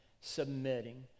submitting